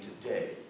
today